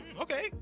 Okay